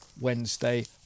Wednesday